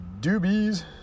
doobies